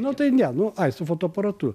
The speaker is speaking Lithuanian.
nu tai ne nu ai su fotoaparatu